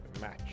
match